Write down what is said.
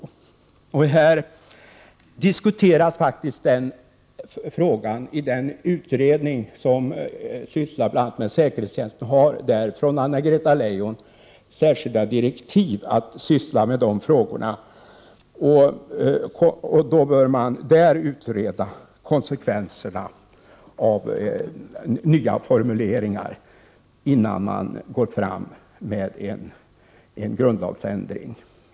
Denna fråga diskuteras i den utredning som sysslar med bl.a. säkerhetstjänsten, och utredningen fick av Anna-Greta Leijon särskilda direktiv att syssla med dessa ärenden. Då bör konsekvenserna av nya formuleringar utredas där, innan man går fram med en grundlagsändring.